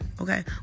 Okay